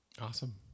awesome